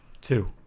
two